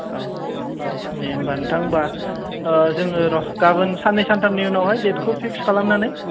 औ दे होमबा नोंथां होमबा जोङो र' गाबोन साननै सानथामनि उनावहाय देथखौ फिख्स खालामनानै